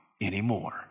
anymore